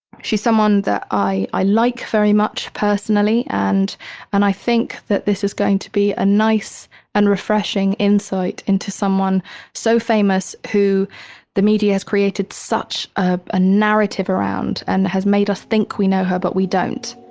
she's someone that i i like very much personally. and and i think that this is going to be a nice and refreshing insight into someone so famous who the media has created such ah a narrative around and has made us think we know her, but we don't.